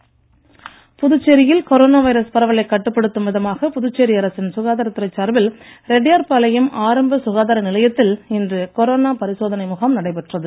corona பரிசோதனை முகாம் புதுச்சேரியில் கொரோனா வைரஸ் பரவலை கட்டுப்படுத்தும் விதமாக புதுச்சேரி அரசின் சுகாதாரத்துறை சார்பில் ரெட்டியார்பாளையம் ஆரம்ப சுகாதார நிலையத்தில் இன்று கொரோனா பரிசோதனை முகாம் நடைபெற்றது